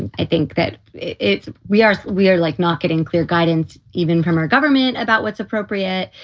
and i think that it's we are we are like not getting clear guidance even from our government about what's appropriate.